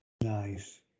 nice